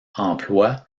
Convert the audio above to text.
emploi